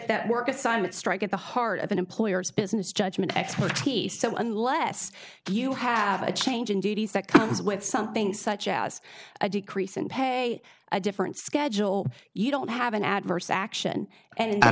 that work assignments strike at the heart of an employer's business judgment expertise so unless you have a change in duties that comes with something such as a decrease in pay a different schedule you don't have an adverse action and